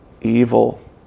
evil